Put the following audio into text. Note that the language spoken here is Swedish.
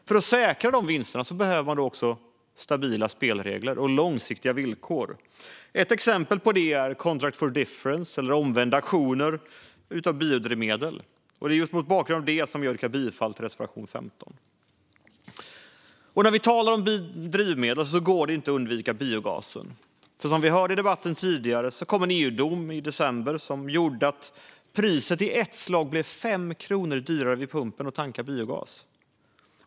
För att säkra dessa vinster behövs stabila spelregler och långsiktiga villkor, exempelvis genom contract for difference eller omvända auktioner av biodrivmedel. Mot bakgrund av detta yrkar jag bifall till reservation 15. När vi talar om drivmedel går det inte att undvika att nämna biogasen. Som vi tidigare hörde i debatten kom en EU-dom i december som gjorde att biogasen i ett slag blev 5 kronor dyrare vid pump.